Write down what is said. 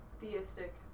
Theistic